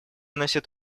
носят